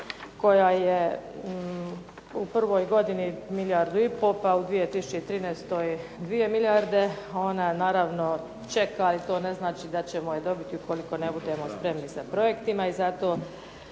koja je u prvoj godini milijardu i po, pa u 2013. dvije milijarde, a ona naravno čeka i to ne znači da ćemo je dobiti ukoliko ne budemo spremni sa projektima i zato